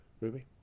Ruby